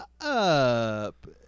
up